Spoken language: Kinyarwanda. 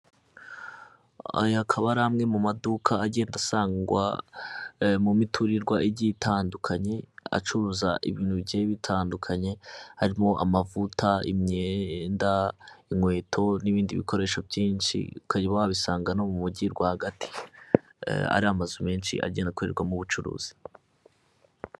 Aya akaba ari amwe mu maduka agenda asangwa mu miturirwa igiye itandukanye, acuruza ibintu bigiye bitandukanye, harimo amavuta, imyenda, inkweto n'ibindi bikoresho byinshi, ukaba wabisanga no mu mujyi rwagati. Ari amazu menshi agenda akorerwamo ubucuruzi.